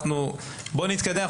בואו נתקדם,